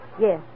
Yes